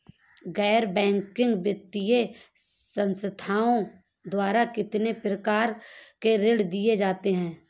गैर बैंकिंग वित्तीय संस्थाओं द्वारा कितनी प्रकार के ऋण दिए जाते हैं?